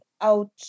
out